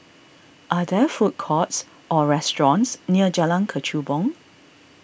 are there food courts or restaurants near Jalan Kechubong